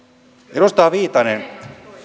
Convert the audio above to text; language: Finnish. edustaja viitanen